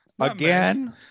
Again